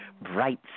bright